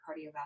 cardiovascular